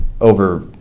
over